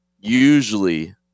usually